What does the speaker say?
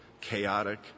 chaotic